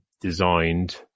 designed